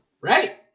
Right